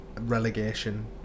relegation